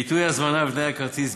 לעיתוי ההזמנה ולתנאי הכרטיס,